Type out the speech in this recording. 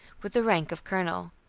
with the rank of colonel.